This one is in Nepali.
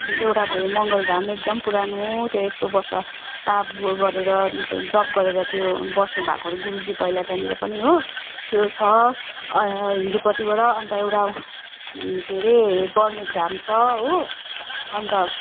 एउटा भयो मङ्गलधाम एकदम पुरानो त्यो एक सय वर्ष ताप गरेर जप गरेर त्यो बस्नुभएको अरे गुरुजी पहिला त्यहाँनिर पनि हो त्यो छ हिन्दूपट्टिबाट अन्त एउटा के अरे बर्मिकधाम छ हो अन्त